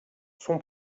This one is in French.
son